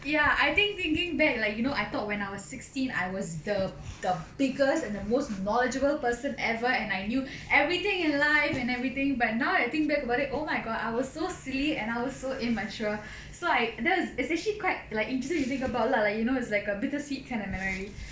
ya I think thinking back like you know I thought when I was sixteen I was the the biggest and most knowledgeable person ever and I knew everything in life and everything but now I think back about it oh my god I was so silly and I was so immature it's like that is actually quite like interesting you think about lah like you know is like a bittersweet kind of memory